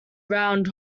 round